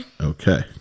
Okay